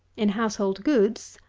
in household goods,